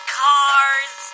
cars